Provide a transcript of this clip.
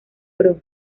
pro